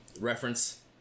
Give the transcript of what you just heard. reference